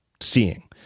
seeing